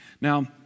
Now